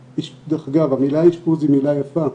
דרך אגב, המילה אשפוז היא מילה יפה,